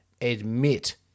admit